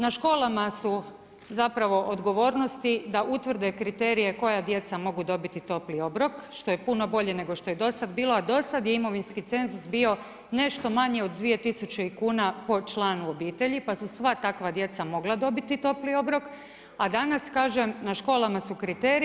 Na školama su zapravo odgovornosti da utvrde kriterije koja djeca mogu dobiti topli obrok što je puno bolje nego što je do sad bilo, a do sad je imovinski cenzus bio nešto manji od 2000 kuna po članu obitelji pa su sva takva djeca mogla dobiti topli obrok, a danas kažem na školama su kriteriji.